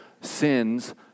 sins